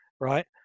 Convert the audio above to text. right